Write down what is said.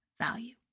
value